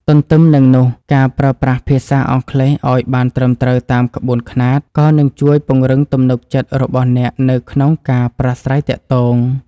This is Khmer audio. ទន្ទឹមនឹងនោះការប្រើប្រាស់ភាសាអង់គ្លេសឱ្យបានត្រឹមត្រូវតាមក្បួនខ្នាតក៏នឹងជួយពង្រឹងទំនុកចិត្តរបស់អ្នកនៅក្នុងការប្រាស្រ័យទាក់ទង។